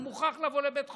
הוא מוכרח לבוא לבית חולים,